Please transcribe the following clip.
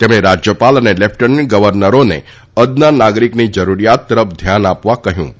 તેમણે રાજ્યપાલ અને લેફ્ટનન્ટ ગવર્નરોને અદના નાગરિકની જરૂરિયાત તરફ ધ્યાન આપવા કહ્યું હતું